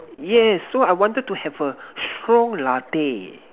yes so I wanted to have a strong latte